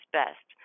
best